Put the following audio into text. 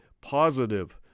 positive